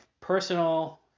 personal